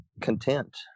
content